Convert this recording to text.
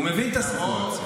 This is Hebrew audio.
הוא מבין את הסיטואציה.